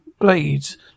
blades